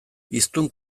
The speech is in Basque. hiztun